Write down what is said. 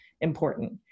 important